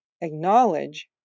acknowledge